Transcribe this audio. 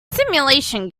simulation